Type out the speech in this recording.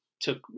took